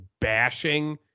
bashing